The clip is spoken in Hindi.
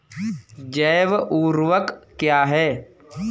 जैव ऊर्वक क्या है?